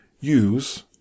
use